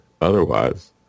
otherwise